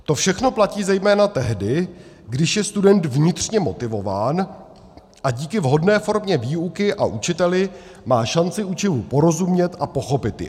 To všechno platí zejména tehdy, když je student vnitřně motivován a díky vhodné formě výuky a učiteli má šanci učivu porozumět a pochopit je.